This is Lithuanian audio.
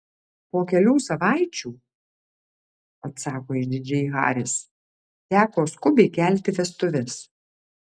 po kelių savaičių atsako išdidžiai haris teko skubiai kelti vestuves